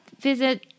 visit